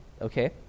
okay